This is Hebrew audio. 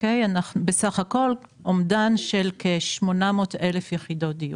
בסך הכול אומדן של כ-800,000 יחידות דיור.